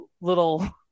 little